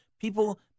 people